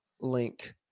link